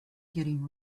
getting